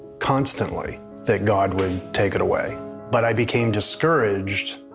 constantly that god would take it away but i became discouraged